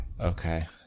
Okay